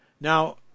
now